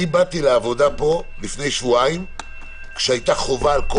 אני באתי לעבודה פה לפני שבועיים כשהייתה חובה על כל